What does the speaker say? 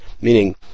meaning